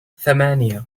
ثمانية